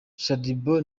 shadyboo